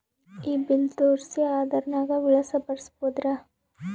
ಈ ಬಿಲ್ ತೋಸ್ರಿ ಆಧಾರ ನಾಗ ವಿಳಾಸ ಬರಸಬೋದರ?